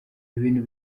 ibintu